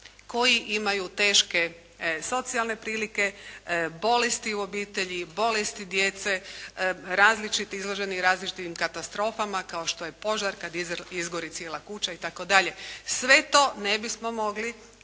koji imaju teške socijalne prilike, bolesti u obitelji, bolesti djece, različitih izloženi različitim katastrofama kao što je požar kada izgori cijela kuća itd. Sve to ne bismo mogli